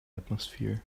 atmosphere